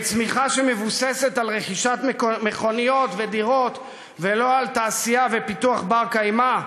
מצמיחה שמבוססת על רכישת מכוניות ודירות ולא על תעשייה ופיתוח בר-קיימא?